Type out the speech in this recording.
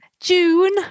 June